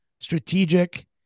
strategic